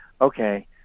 okay